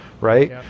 right